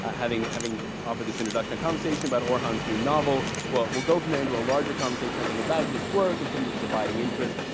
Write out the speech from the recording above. having having offered this introduction. a conversation about orhan's new novel. well, we'll go from there into a larger conversation i think about his work and some of his abiding interests.